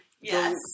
Yes